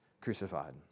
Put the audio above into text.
crucified